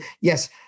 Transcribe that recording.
Yes